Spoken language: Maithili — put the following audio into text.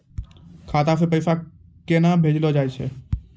खाता से पैसा केना भेजलो जाय छै?